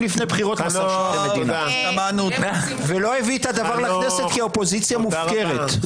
בחירות --- ולא הביא את הדבר לכנסת כי אופוזיציה מופקרת.